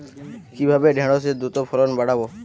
কিভাবে ঢেঁড়সের দ্রুত ফলন বাড়াব?